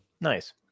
Nice